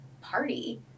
party